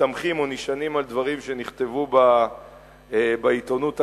מסתמכים או נשענים על דברים שנכתבו בעיתונות הכתובה.